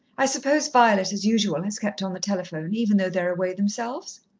i suppose violet, as usual, has kept on the telephone, even though they're away themselves?